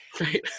Right